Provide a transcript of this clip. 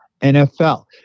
NFL